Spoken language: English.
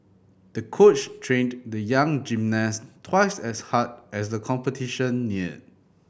the coach trained the young gymnast twice as hard as the competition neared